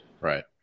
right